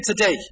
today